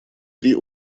три